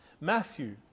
Matthew